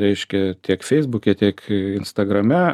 reiškia tiek feisbuke tiek instagrame